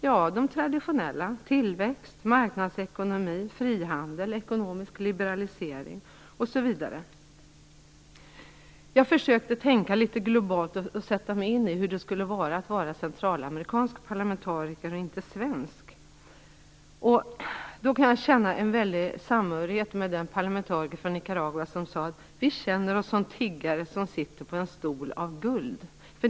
Ja, de var de traditionella: tillväxt, marknadsekonomi, frihandel, ekonomisk liberalisering osv. Jag försökte tänka litet globalt och sätta mig in i hur det skulle vara att vara en centralamerikansk parlamentariker, inte en svensk. Jag kan känna en väldigt stor samhörighet med den parlamentariker från Nicaragua som sade: Vi känner oss som tiggare som sitter på en stol av guld.